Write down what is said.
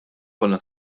konna